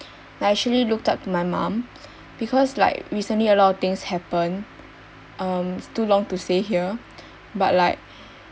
I actually looked up to my mum because like recently a lot of things happen um it's too long to say here but like